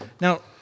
Now